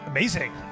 Amazing